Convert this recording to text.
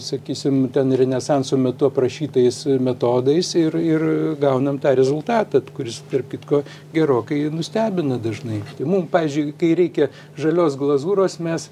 sakysim ten renesanso metu aprašytais metodais ir ir gaunam tą rezultatą kuris tarp kitko gerokai nustebina dažnai mum pavyzdžiui kai reikia žalios glazūros mes